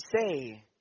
say